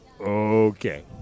Okay